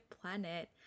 Planet